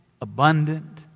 abundant